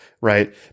right